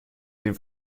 den